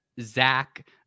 Zach